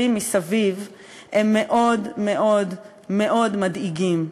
מסביב הם מאוד מאוד מאוד מדאיגים.